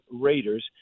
Raiders